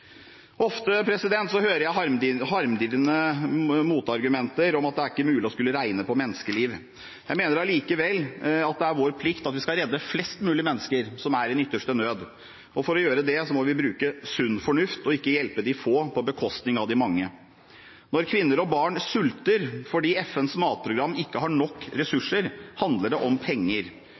Ofte hører jeg harmdirrende motargumenter om at det ikke er mulig å skulle regne på menneskeliv. Jeg mener likevel at det er vår plikt at vi skal redde flest mulig mennesker som er i den ytterste nød. For å gjøre det må vi bruke sunn fornuft og ikke hjelpe de få på bekostning av de mange. Når kvinner og barn sulter fordi FNs matprogram ikke har nok ressurser, handler det om penger.